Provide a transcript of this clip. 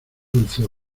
dulce